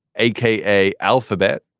a k a. alphabet,